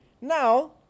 Now